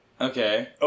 Okay